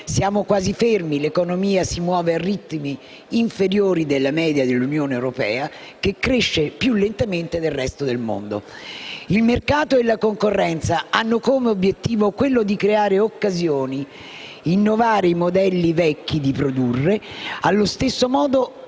Siamo quasi fermi, l'economia si muove a ritmi inferiori della media europea, che cresce più lentamente del resto del mondo. Il mercato e la concorrenza hanno come obiettivo quello di creare occasioni, innovare i vecchi modelli di produrre, allo stesso tempo